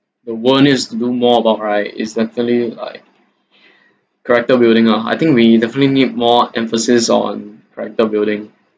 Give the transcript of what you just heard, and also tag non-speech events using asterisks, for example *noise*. the one needs to do more about right is definitely like *breath* character building lah I think we definitely need more emphasis on character building